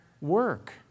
work